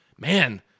man